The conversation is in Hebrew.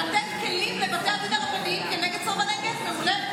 לתת כלים לבתי הדין הרבניים כנגד סרבני גט.